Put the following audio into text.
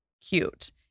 cute